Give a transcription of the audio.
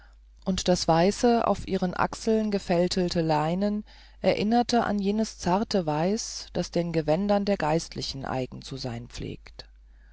und das weiße auf ihren achseln gefältelte leinen erinnerte an jenes zarte weiß das den gewändern der geistlichkeit eigen zu sein pflegt